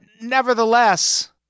nevertheless